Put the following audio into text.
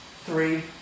three